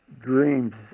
Dreams